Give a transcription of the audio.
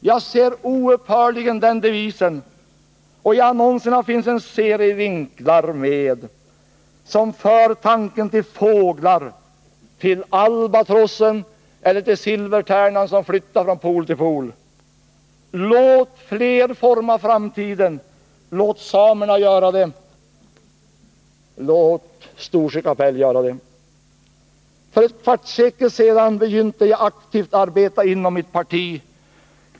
Jag ser oupphörligen den devisen. Och i annonserna finns en serie vinklar med, som för tanken till fåglar, till albatrossen eller till silvertärnan, som flyttar från pol till pol. Låt fler forma framtiden! Låt samerna göra det! Låt Storsjö kapell göra det! För ett kvartssekel sedan begynte jag aktivt arbeta inom mitt parti.